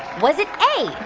was it a,